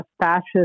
fascist